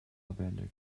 lavender